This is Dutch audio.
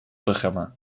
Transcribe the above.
programma